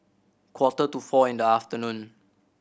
quarter to four in the afternoon